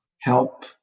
help